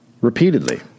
repeatedly